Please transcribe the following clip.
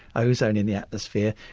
ozone in the atmosphere.